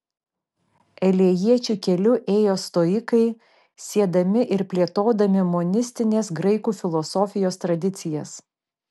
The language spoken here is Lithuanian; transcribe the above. elėjiečių keliu ėjo stoikai siedami ir plėtodami monistinės graikų filosofijos tradicijas